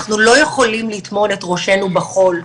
אנחנו לא יכולים לטמון את ראשנו בחול,